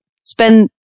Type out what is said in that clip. Spend